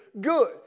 good